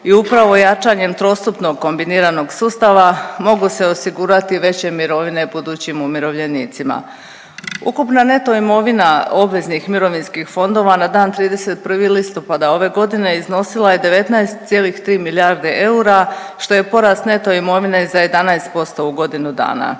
i upravo jačanjem trostupnog kombiniranog sustava, mogu se osigurati veće mirovine budućim umirovljenicima. Ukupna neto imovina obveznih mirovinskih fondova na dan 31. listopada ove godine iznosila je 19,3 milijarde eura što je porat neto imovine za 11% u godinu dana.